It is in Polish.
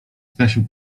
zgasił